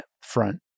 front